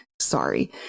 sorry